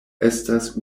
estas